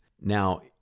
Now